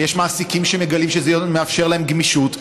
ויש מעסיקים שמגלים שזה מאפשר להם גמישות,